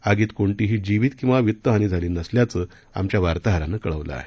आगीत कोणतीही जीवीत किंवा वित्त हानी झाली नसल्याचं आमच्या वार्ताहरानं कळवलं आहे